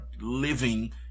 living